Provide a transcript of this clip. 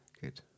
good